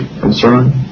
concern